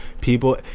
people